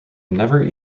never